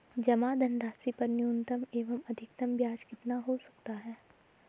जमा धनराशि पर न्यूनतम एवं अधिकतम ब्याज कितना हो सकता है?